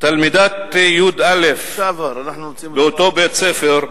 תלמידת י"א באותו בית-ספר,